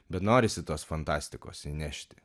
bet norisi tos fantastikos įnešti